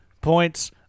Points